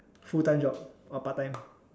full time job or part time